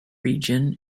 region